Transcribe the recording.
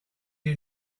you